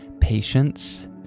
patience